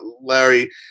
Larry